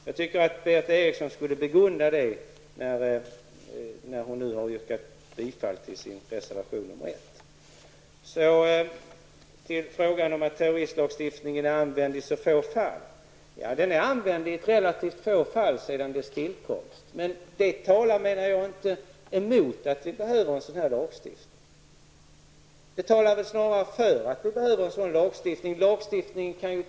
Jag tycker att Berith Eriksson skulle begrunda det när hon nu har yrkat bifall till sin reservation nr 1. Så till frågan om att terroristlagstiftningen har använts i så få fall. Ja, den har använts i ett relativt litet antal fall sedan sin tillkomst, men det talar, menar jag, inte emot att vi behöver en sådan lagstiftning. Det talar väl snarare för att vi behöver en sådan lagstiftning.